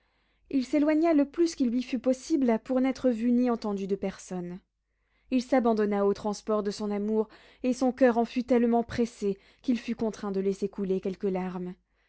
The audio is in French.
il s'éloigna le plus qu'il lui fut possible pour n'être vu ni entendu de personne il s'abandonna aux transports de son amour et son coeur en fut tellement pressé qu'il fut contraint de laisser couler quelques larmes